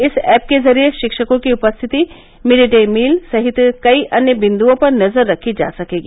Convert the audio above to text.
इस ऐप के जरिये शिक्षकों की उपस्थिति मिड डे मील सहित कई अन्य बिन्दुओं पर नजर रखी जा सकेगी